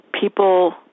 people